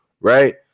Right